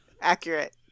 Accurate